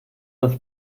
das